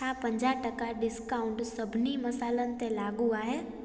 छा पंजाह टका डिस्काउंट सभिनी मसालनि ते लाॻू आहे